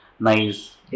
nice